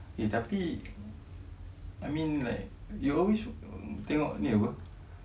eh tapi I mean like you always tengok ni apa